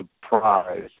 surprise